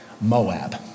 Moab